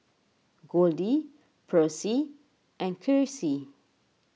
Goldie Percy and Krissy